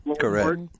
Correct